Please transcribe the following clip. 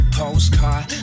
postcard